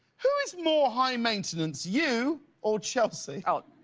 who is more high maintenance, you or chelsea? oh,